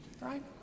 right